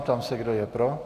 Ptám se, kdo je pro.